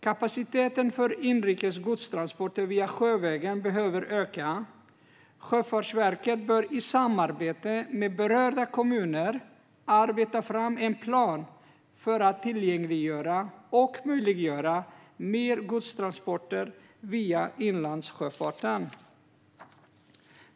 Kapaciteten för inrikes godstransporter som går sjövägen behöver öka. Sjöfartsverket bör i samarbete med berörda kommuner arbeta fram en plan för att tillgängliggöra och möjliggöra mer godstransporter via inlandssjöfart.